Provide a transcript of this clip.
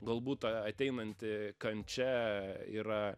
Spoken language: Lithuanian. galbūt ta ateinanti kančia yra